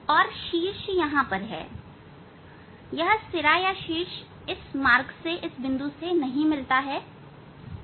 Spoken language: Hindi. और शीर्ष यहां है यह शीर्ष इस मार्क से नहीं मिलता है ठीक है